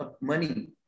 money